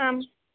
आं